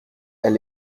elle